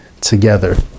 together